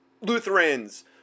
lutherans